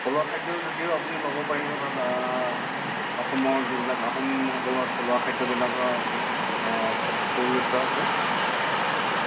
থলুৱা খাদ্যৰ জুতিও আপুনি ল'ব পাৰিব তাত অসমৰ যিবিলাক আহোমসকলৰ থলুৱা খাদ্যবিলাকৰ সু ব্যৱস্থা আছে